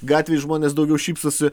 gatvėj žmonės daugiau šypsosi